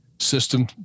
system